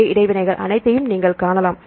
ஏ இடைவினைகள் அனைத்தையும் நீங்கள் காணலாம்